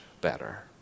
better